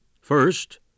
First